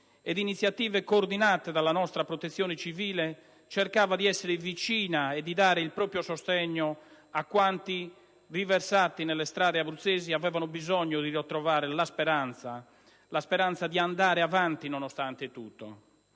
ed iniziative coordinate dalla nostra Protezione civile, cercava di essere vicina e di dare il proprio sostegno a quanti, riversati nelle strade abruzzesi, avevano bisogno di ritrovare la speranza, la speranza di andare avanti nonostante tutto.